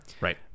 Right